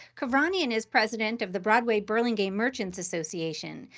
kevranian is president of the broadway burlingame merchants association.